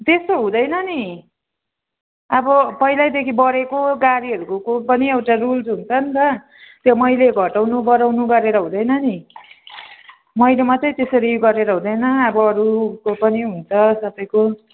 त्यस्तो हुँदैन नि अब पहिल्यैदेखि बढेको गाडीहरूको को पनि एउटा रुल्स हुन्छ नि त त्यो मैले घटाउनु बढाउनु गरेर हुँदैन नि मैले मात्रै त्यसरी गरेर हुँदैन अब अरूको पनि हुन्छ सबैको